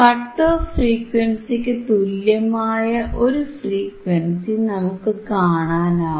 cut off ഫ്രീക്വൻസിക്കു തുല്യമായ ഒരു ഫ്രീക്വൻസി നമുക്കു കാണാനാവും